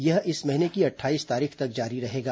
यह इस महीने की अट्ठाईस तारीख तक जारी रहेगा